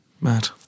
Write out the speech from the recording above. Mad